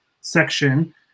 section